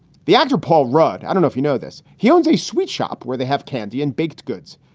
the actor paul rudd. i don't know if you know this. he owns a sweet shop where they have candy and baked goods.